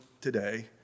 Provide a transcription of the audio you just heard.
today